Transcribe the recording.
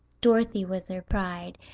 dorothy was her pride,